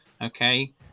okay